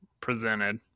presented